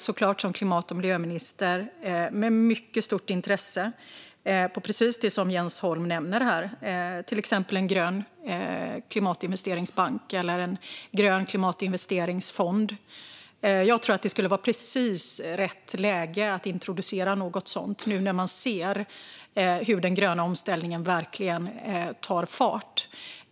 Som klimat och miljöminister tittar jag såklart med mycket stort intresse på precis det Jens Holm nämner, till exempel en grön klimatinvesteringsbank eller en grön klimatinvesteringsfond. Jag tror att det skulle vara precis rätt läge att introducera något sådant nu när man ser hur den gröna omställningen verkligen tar fart.